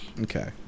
Okay